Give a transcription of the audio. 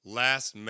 last